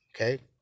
okay